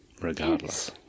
regardless